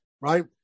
right